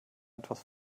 etwas